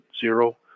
zero